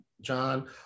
John